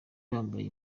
bambaye